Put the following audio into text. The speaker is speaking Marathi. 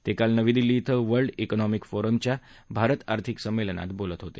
ते काल नवी दिल्ली क्रें वर्ल्ड कॉनॉमिक फोरमच्या भारत आर्थिक सम्मेलनात बोलत होते